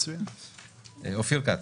אופיר כץ.